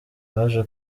baje